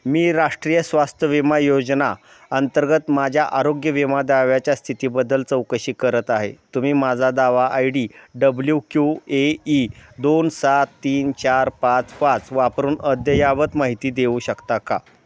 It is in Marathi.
मी राष्ट्रीय स्वास्थ्य विमा योजना अंतर्गत माझ्या आरोग्य विमा दाव्याच्या स्थितीबद्दल चौकशी करत आहे तुम्ही माझा दावा I D W Q A E दोन सात तीन चार पाच पाच वापरून अद्ययावत माहिती देऊ शकता का